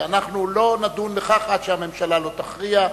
שאנחנו לא נדון בכך עד שהממשלה לא תכריע,